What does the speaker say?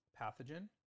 pathogen